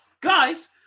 guys